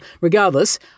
regardless